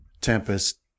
Tempest